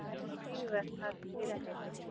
चाहे उनकी हम व्यवस्था से रहने चाहिए